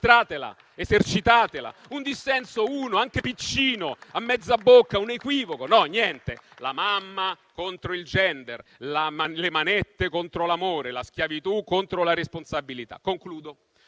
mostratela! Esercitatela! Un dissenso, uno, anche piccino, a mezza bocca, un equivoco; no, niente. La mamma contro il *gender*, le manette contro l'amore, la schiavitù contro la responsabilità. Sono